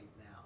now